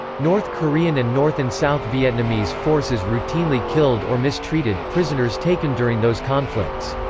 north korean and north and south vietnamese forces routinely killed or mistreated prisoners taken during those conflicts.